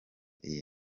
iyi